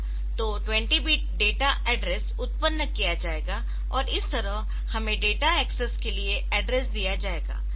तो 20 bit data address उत्पन्न किया जाएगा और इस तरह हमें डेटा एक्सेस के लिए एड्रेस दिया जाएगा